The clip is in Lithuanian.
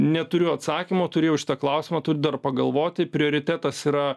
neturiu atsakymo turėjau šitą klausimą turiu dar pagalvoti prioritetas yra